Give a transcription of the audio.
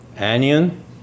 Anion